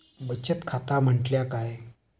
बचत खाता म्हटल्या काय?